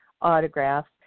autographs